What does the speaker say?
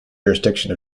jurisdiction